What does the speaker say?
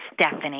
Stephanie